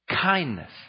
kindness